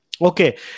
Okay